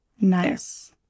Nice